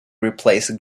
replace